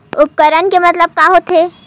उपकरण के मतलब का होथे?